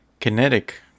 kinetic